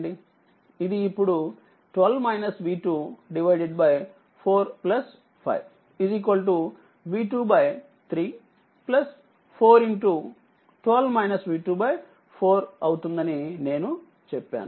ఇదిఇప్పుడు 4 5 V2 3 44 అవుతుందని నేను చెప్పాను